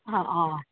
आ आ